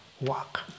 walk